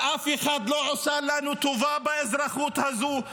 אף אחד לא עושה לנו טובה באזרחות הזו.